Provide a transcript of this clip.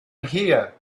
here